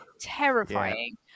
terrifying